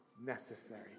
necessary